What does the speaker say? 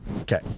Okay